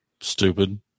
stupid